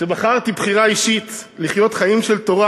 כשבחרתי בחירה אישית לחיות חיים של תורה